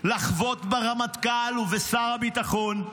לחבוט ברמטכ"ל ובשר הביטחון,